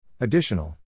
Additional